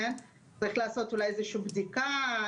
צריך לעשות אולי איזושהי בדיקה,